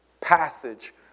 passage